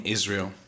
Israel